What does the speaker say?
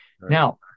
Now